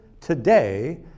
today